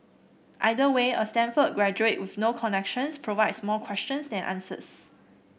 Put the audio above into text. either way a Stanford graduate with no connections provides more questions than answers